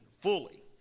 fully